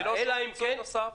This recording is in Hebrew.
ללא שום פיצוי נוסף?